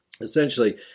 Essentially